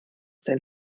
dein